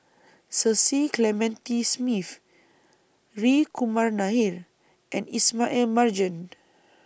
Cecil Clementi Smith Hri Kumar Nair and Ismail Marjan